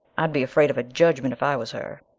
i'd be afraid of a judgment if i was her.